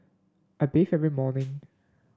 I bathe every morning